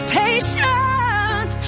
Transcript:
patient